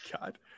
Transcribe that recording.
god